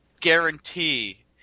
guarantee